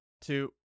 two